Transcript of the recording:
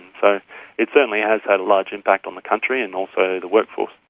so it certainly has had a large impact on the country and also the workforce.